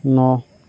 ন